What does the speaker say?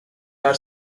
are